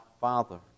Father